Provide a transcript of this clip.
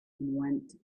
went